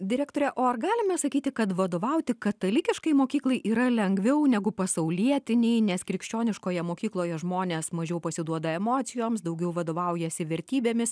direktore o ar galima sakyti kad vadovauti katalikiškai mokyklai yra lengviau negu pasaulietinei nes krikščioniškoje mokykloje žmonės mažiau pasiduoda emocijoms daugiau vadovaujasi vertybėmis